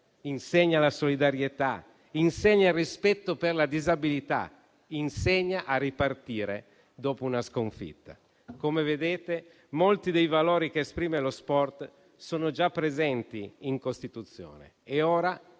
insegna la solidarietà, insegna il rispetto per la disabilità, insegna a ripartire dopo una sconfitta. Come vedete, molti dei valori che esprime lo sport sono già presenti in Costituzione. È ora